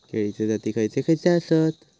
केळीचे जाती खयचे खयचे आसत?